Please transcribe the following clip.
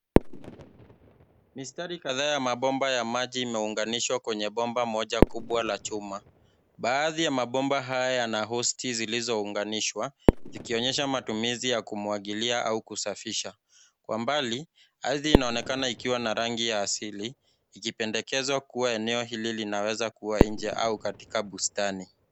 Mistari kadhaa ya mapomba ya maji imeunganishwa kwenye pomba moja kubwa la chuma. Baadhi ya mapomba haya yana hosi zilizounganishwa zikionyesha matumizi ya kumwagilia au kusafisha kwa mbali ardhi inaonekana ikiwa na rangi ya asili ikipendekezwa kuwa eneo hili linaweza kuwa nji au katika bustani.